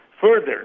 Further